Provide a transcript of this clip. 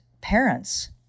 parents